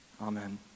Amen